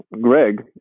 Greg